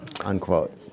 unquote